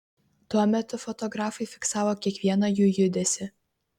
tuo metu fotografai fiksavo kiekvieną jų judesį